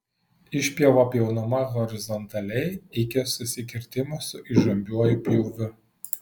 išpjova pjaunama horizontaliai iki susikirtimo su įžambiuoju pjūviu